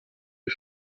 der